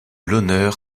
l’honneur